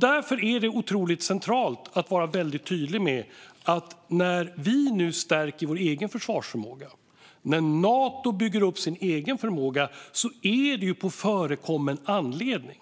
Därför är det centralt att vara tydlig med att när vi nu stärker vår egen försvarsförmåga och när Nato bygger upp sin egen förmåga är det på förekommen anledning.